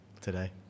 today